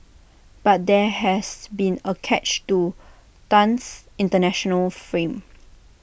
but there has been A catch to Tan's International frame